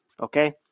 Okay